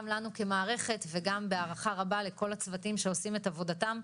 גם לנו כמערכת וגם בהערכה רבה לכל הצוותים שעושים את עבודתם.